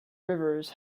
rivers